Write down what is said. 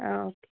ആ ഓക്കെ